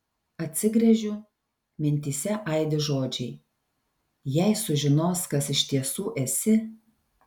atsigręžiu mintyse aidi žodžiai jei sužinos kas iš tiesų esi